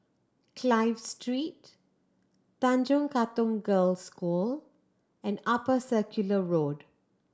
Clive Street Tanjong Katong Girls' School and Upper Circular Road